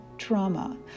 trauma